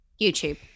YouTube